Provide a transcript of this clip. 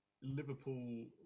Liverpool